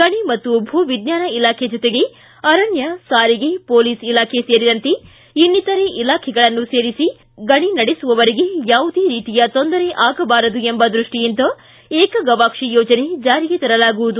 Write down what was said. ಗಣಿ ಮತ್ತು ಭೂ ವಿಜ್ವಾನ ಇಲಾಖೆ ಜೊತೆಗೆ ಅರಣ್ಯ ಸಾರಿಗೆ ಪೊಲೀಸ್ ಇಲಾಖೆ ಸೇರಿದಂತೆ ಇನ್ನಿತರೆ ಇಲಾಖೆಗಳನ್ನು ಸೇರಿಸಿ ಗಣಿ ನಡೆಸುವವರಿಗೆ ಯಾವುದೇ ರೀತಿಯ ತೊಂದರೆ ಆಗಬಾರದು ಎಂಬ ದೃಷ್ಟಿಯಿಂದ ಏಕಗವಾಕ್ಷಿ ಯೋಜನೆ ಜಾರಿಗೆ ತರಲಾಗುವುದು